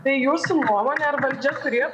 tai jūsų nuomone ar valdžia turėjo